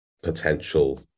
potential